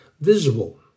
visible